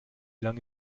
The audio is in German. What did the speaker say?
lange